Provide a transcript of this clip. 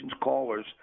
callers